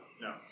No